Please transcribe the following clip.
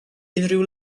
unrhyw